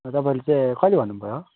तपाईँले चाहिँ कहिले भन्नु भयो